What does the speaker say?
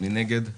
מי נגד.